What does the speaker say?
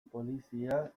polizia